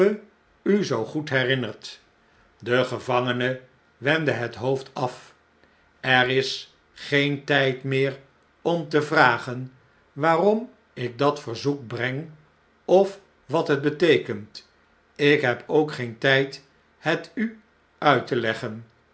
u zoo goed herinnert de gevangene wendde het hoofd af er is geen tjjd meer om te vragen waarom ik dat verzoek breng of wat het beteekent ik heb ook geen tjjd net u uit te leggen